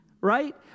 right